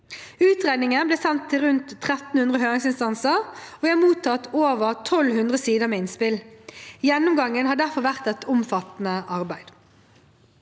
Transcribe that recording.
Utredningen ble sendt til rundt 1 300 høringsinstanser, og vi har mottatt over 1 200 sider med innspill. Gjennomgangen har derfor vært et omfattende arbeid.